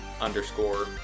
underscore